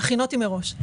הכינותי מראש.